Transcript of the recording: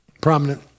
prominent